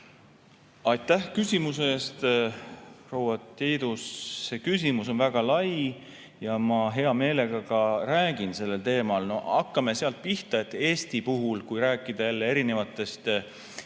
Aitäh küsimuse eest, proua Tiidus! See küsimus on väga lai ja ma hea meelega ka räägin sellel teemal. Hakkame sealt pihta, et Eesti puhul, kui rääkida erinevatest